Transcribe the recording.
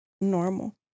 normal